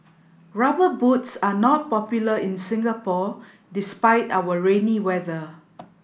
rubber boots are not popular in Singapore despite our rainy weather